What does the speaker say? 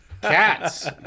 Cats